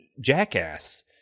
jackass